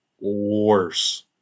worse